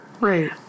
Right